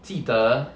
记得